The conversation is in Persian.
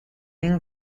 این